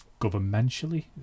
governmentally